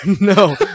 No